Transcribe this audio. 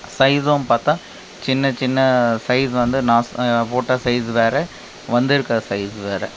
சைஸும் பார்த்தா சின்ன சின்ன சைஸ் வந்து நான் ஸ் போட்ட சைஸ் வேறே வந்திருக்கிற சைஸ் வேறே